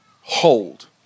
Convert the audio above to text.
hold